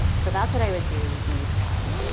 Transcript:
so, that's what i would do with these guys